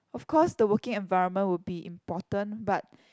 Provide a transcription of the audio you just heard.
of course the working environment would be important but